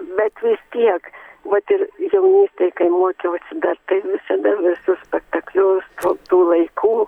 bet vis tiek vat ir jaunystėj kai mokiausi bet tai visada visus spektaklius tų laikų